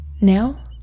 Now